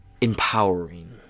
empowering